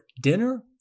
dinner